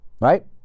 Right